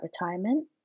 retirement